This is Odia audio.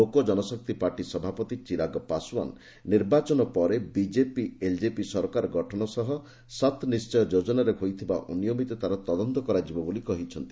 ଲୋକ ଜନଶକ୍ତି ପାର୍ଟି ସଭାପତି ଚିରାଗ ପାଶ୍ୱାନ୍ ନିର୍ବାଚନ ପରେ ବିକେପି ଏଲ୍କେପି ସରକାର ଗଠନ ସହ 'ସତ୍ ନିଶ୍ଚୟ ଯୋଜନା'ରେ ହୋଇଥିବା ଅନିୟମିତତାର ତଦନ୍ତ କରାଯିବ ବୋଲି କହିଛନ୍ତି